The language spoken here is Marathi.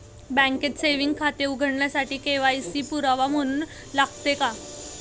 बँकेत सेविंग खाते उघडण्यासाठी के.वाय.सी पुरावा म्हणून लागते का?